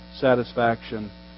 satisfaction